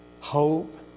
hope